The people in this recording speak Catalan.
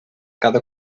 cada